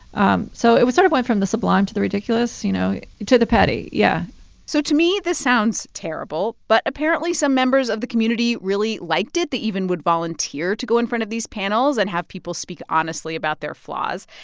um so it sort of went from the sublime to the ridiculous, you know, to the petty, yeah so, to me, this sounds terrible. but, apparently, some members of the community really liked it. they even would volunteer to go in front of these panels and have people speak honestly about their flaws.